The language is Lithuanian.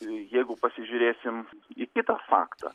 jeigu pasižiūrėsim į kitą faktą